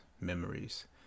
memories